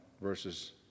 verses